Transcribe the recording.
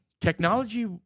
Technology